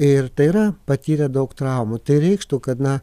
ir tai yra patyrę daug traumų tai reikštų kad na